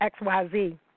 XYZ